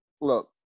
look